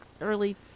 early